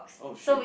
oh shit